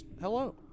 Hello